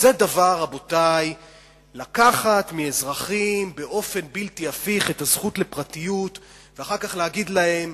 זה לקחת מאזרחים באופן בלתי הפיך את הזכות לפרטיות ואחר כך להגיד להם: